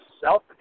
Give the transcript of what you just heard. self